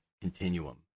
continuum